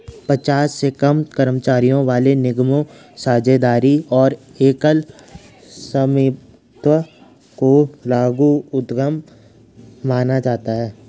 पचास से कम कर्मचारियों वाले निगमों, साझेदारी और एकल स्वामित्व को लघु उद्यम माना जाता है